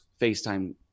FaceTime